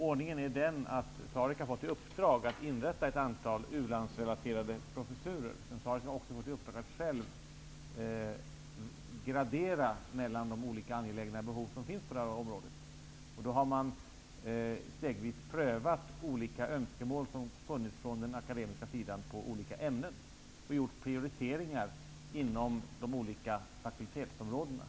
Ordningen är den att SAREC har fått i uppdrag att inrätta ett antal u-landsrelaterade professurer men även att själv gradera de olika angelägna behoven på detta område. Då har man stegvis prövat olika önskemål om olika ämnen som kommit från den akademiska sidan och gjort prioriteringar inom de olika fakultetsområdena.